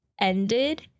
ended